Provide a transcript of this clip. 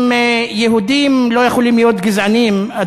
אם יהודים לא יכולים להיות גזענים,